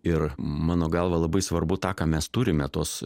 ir mano galva labai svarbu tą ką mes turime tos